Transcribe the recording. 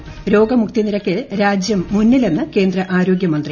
ന് രോഗമുക്തി നിരക്കിൽ രാജ്യം മുന്നിലെന്ന് കേന്ദ്ര ആരോഗ്യമന്ത്രി